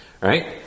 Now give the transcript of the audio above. Right